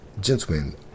gentlemen